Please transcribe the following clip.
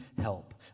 help